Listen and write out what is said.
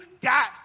got